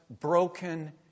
broken